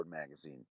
Magazine